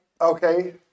Okay